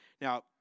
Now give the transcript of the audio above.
Now